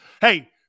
Hey